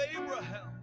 Abraham